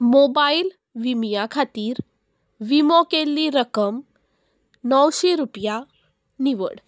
mobile विम्या खातीर विमो केल्ली रक्कम णवशी रुपया निवड